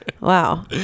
wow